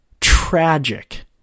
tragic